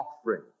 offering